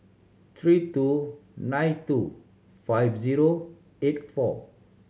three two nine two five zero eight four